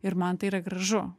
ir man tai yra gražu